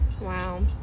wow